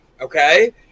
okay